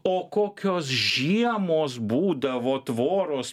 o kokios žiemos būdavo tvoros